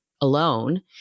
alone